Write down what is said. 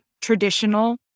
traditional